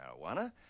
marijuana